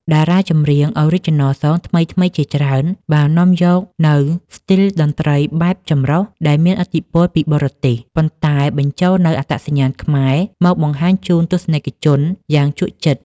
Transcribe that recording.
តារាចម្រៀង Original Song ថ្មីៗជាច្រើន បាននាំយកនូវស្ទីលតន្ត្រីបែបចម្រុះដែលមានឥទ្ធិពលពីបរទេស ប៉ុន្តែបញ្ចូលនូវអត្តសញ្ញាណខ្មែរមកបង្ហាញជូនទស្សនិកជនយ៉ាងជក់ចិត្ត។